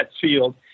field